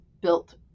built